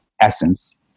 essence